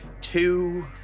two